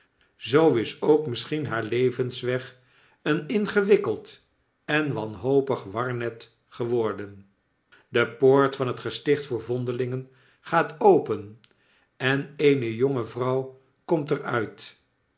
zoo is ook misschien haar levenswegeen ingewikkeld en wanhopig warnet geworden de poort van het gesticht voor vondelingen gaat open en eene jonge vrouw komt er